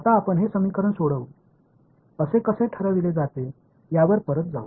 आता आपण हे समीकरण सोडवू असे कसे ठरविले जाते यावर परत जाऊ